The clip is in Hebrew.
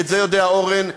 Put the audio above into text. ואת זה יודע אורן,